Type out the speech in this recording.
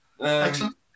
Excellent